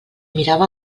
mirava